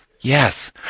Yes